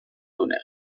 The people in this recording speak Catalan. túnel